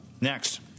next